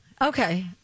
Okay